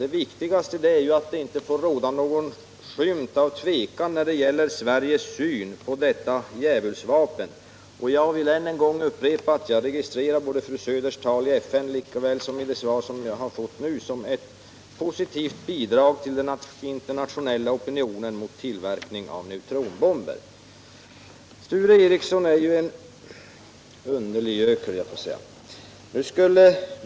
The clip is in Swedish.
Det viktigaste är att det inte får råda någon skymt av tvekan när det gäller Sveriges syn på detta djävulsvapen. Jag vill än en gång upprepa att jag registrerar såväl fru Söders tal i FN som det svar jag har fått nu som ett positivt bidrag till den internationella opinionen mot tillverkning av neutronbomber. Sture Ericson är en underlig man.